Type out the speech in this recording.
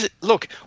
Look